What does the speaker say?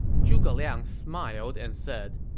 zhuge liang smiled and said,